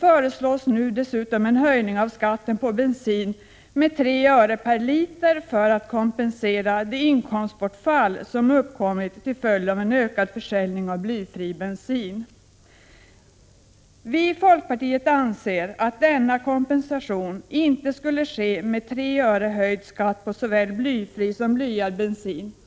föreslås nu dessutom en höjning av skatten på bensin med 3 öre per liter för att kompensera det inkomstbortfall som har uppkommit till följd av ökad försäljning av blyfri bensin. Vi i folkpartiet anser att denna kompensation inte skall ske genom en höjning av skatten med 3 öre på såväl blyfri som blyad bensin.